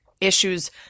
issues